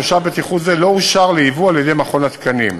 מושב בטיחות זה לא אושר לייבוא על-ידי מכון התקנים.